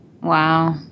Wow